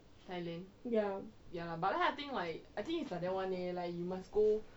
ya